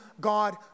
God